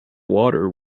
water